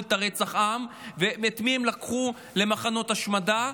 את רצח העם ואת מי הם לקחו למחנות השמדה,